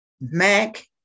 Mac